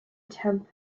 tempe